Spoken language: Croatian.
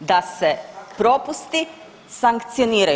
da se propusti sankcioniraju.